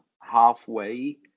halfway